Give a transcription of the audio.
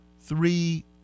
three